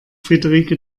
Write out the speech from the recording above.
friederike